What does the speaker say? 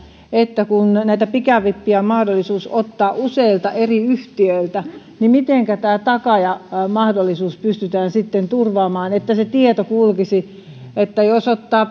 että kun näitä pikavippejä on mahdollisuus ottaa useilta eri yhtiöiltä niin mitenkä tämä takaajamahdollisuus pystytään sitten turvaamaan että se tieto kulkisi jos ottaa